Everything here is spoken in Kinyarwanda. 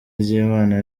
ry’imana